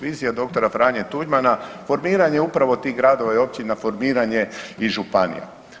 Vizija dr. Franje Tuđmana, formiranje upravo tih gradova i općina, formiranje i županija.